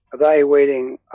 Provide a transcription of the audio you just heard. evaluating